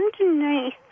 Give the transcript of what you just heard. underneath